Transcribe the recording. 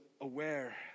aware